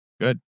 Good